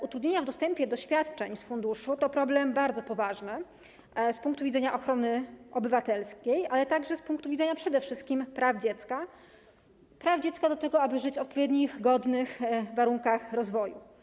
Utrudnienia w dostępie do świadczeń z funduszu to problem bardzo poważny z punktu widzenia ochrony obywatelskiej, ale przede wszystkim z punktu widzenia praw dziecka - praw dziecka do tego, aby żyć w odpowiednich, godnych warunkach rozwoju.